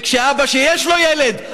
כשאבא שיש לו ילד,